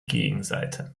gegenseite